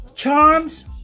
Charms